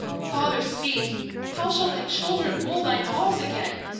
father, speak how shall thy children rule thine halls again?